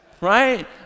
right